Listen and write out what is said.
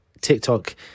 TikTok